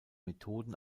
methoden